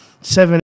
seven